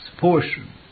portion